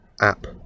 app